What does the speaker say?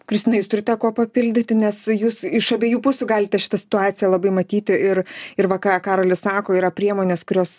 kristina jūs turite kuo papildyti nes jūs iš abiejų pusių galite šitą situaciją labai matyti ir ir va ką karolis sako yra priemonės kurios